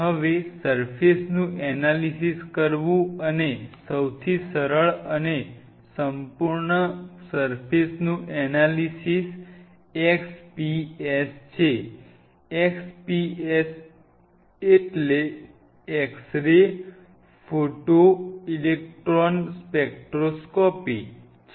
હવે સર્ફેસ નું એનાલિસિસ કરવું અને સૌથી સરળ અને સંપૂર્ણ સર્ફેસ નું એનાલિસિસ X P S છે x p s એટલે x ray photo electron spectroscopy છે